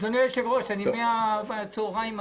אדוני היושב-ראש, אני מהצוהריים מצביע.